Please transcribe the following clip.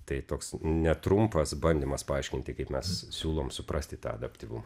tai toks netrumpas bandymas paaiškinti kaip mes siūlom suprasti tą adaptyvumą